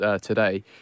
today